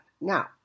Now